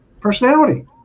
personality